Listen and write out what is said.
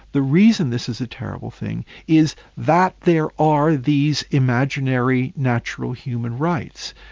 the reason this is a terrible thing is that there are these imaginary natural human rights'.